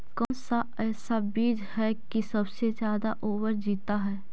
कौन सा ऐसा बीज है की सबसे ज्यादा ओवर जीता है?